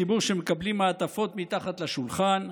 אנשי ציבור שמקבלים מעטפות מתחת לשולחן,